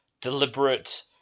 deliberate